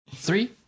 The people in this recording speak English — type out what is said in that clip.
three